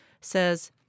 says